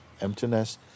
Emptiness